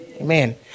Amen